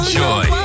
joy